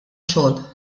xogħol